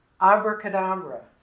Abracadabra